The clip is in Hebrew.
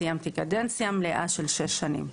סיימתי קדנציה מלאה של 6 שנים.